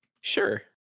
sure